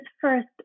first